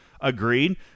agreed